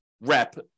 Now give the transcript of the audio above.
rep